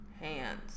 hands